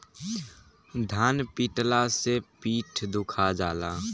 धान पिटाला से पीठ दुखा जाला